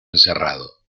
encerrado